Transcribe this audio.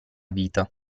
vita